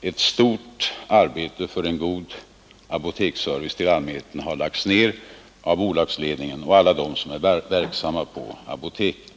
Ett stort arbete för en god apoteksservice till allmänheten har lagts ned av bolagsledningen och av alla dem som är verksamma på apoteken.